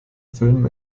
filmen